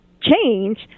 change